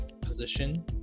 position